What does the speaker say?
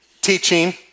teaching